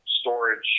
storage